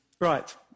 Right